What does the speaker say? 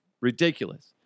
Ridiculous